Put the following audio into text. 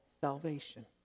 salvation